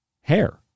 hair